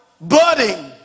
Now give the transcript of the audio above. budding